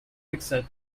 exit